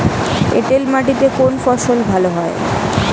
এঁটেল মাটিতে কোন ফসল ভালো হয়?